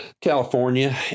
California